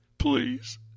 Please